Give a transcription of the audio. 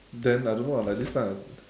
then I don't know ah like this one